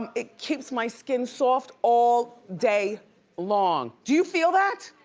it keeps my skin soft all day long. do you feel that?